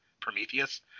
Prometheus